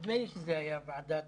נדמה לי שזה היה ועדת